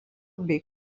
bei